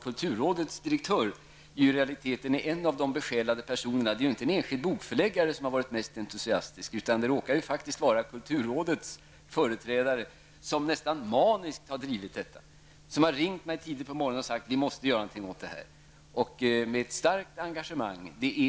Kulturrådets direktör är i realiteten en av de besjälade personerna bakom detta projekt. Det är ju inte en enskild bokförläggare som har varit mest entusiastisk, utan det råkar vara kulturrådets företrädare som nästan maniskt har drivit detta arbete. Han har ringt mig tidigt på morgonen och sagt med starkt engagemang att vi måste göra någonting.